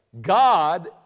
God